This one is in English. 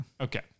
Okay